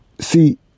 See